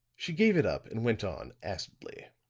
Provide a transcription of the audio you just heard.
she gave it up and went on acidly.